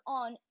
on